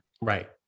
Right